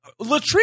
Latrice